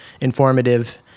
informative